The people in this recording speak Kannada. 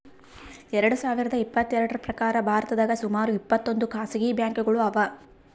ಎರಡ ಸಾವಿರದ್ ಇಪ್ಪತ್ತೆರಡ್ರ್ ಪ್ರಕಾರ್ ಭಾರತದಾಗ್ ಸುಮಾರ್ ಇಪ್ಪತ್ತೊಂದ್ ಖಾಸಗಿ ಬ್ಯಾಂಕ್ಗೋಳು ಅವಾ